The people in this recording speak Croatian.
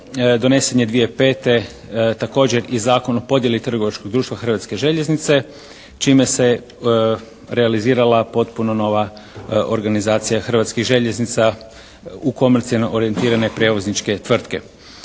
donesen je 2005. također i Zakon o podjeli trgovačkog društva "Hrvatske željeznice" čime se realizirala potpuno nova organizacija Hrvatskih željeznica u komercijalno orijentirane prevozničke tvrtke.